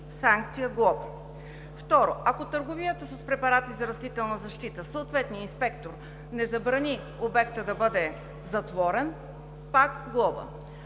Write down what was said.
санкция „глоба“; второ, ако при търговията с препарати за растителна защита съответният инспектор не забрани обектът да бъде затворен – пак „глоба“.